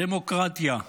דמוקרטיה.